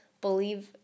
believe